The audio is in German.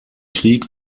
krieg